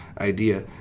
idea